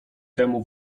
temu